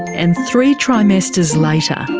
and three trimesters later,